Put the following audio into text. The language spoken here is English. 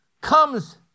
comes